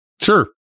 Sure